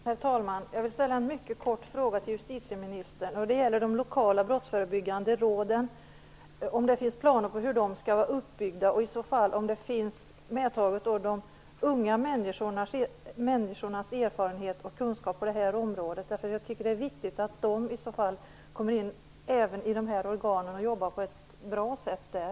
Herr talman! Jag vill ställa en mycket kort fråga till justitieministern. Den gäller de lokala brottsförebyggande råden. Finns det planer på hur de skall vara uppbyggda? Räknar man i så fall med de unga människornas erfarenhet och kunskap på detta område? Jag tycker att det är viktigt att unga människor kommer in även i dessa organ och att de kan jobba på ett bra sätt där.